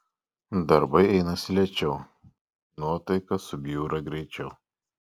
darbai einasi lėčiau nuotaika subjūra greičiau